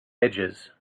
edges